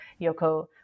Yoko